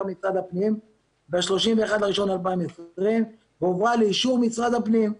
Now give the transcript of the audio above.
משרד הפנים ב-31.1.2020 והועברה לאישור משרד הפנים.